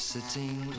Sitting